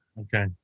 Okay